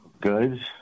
Good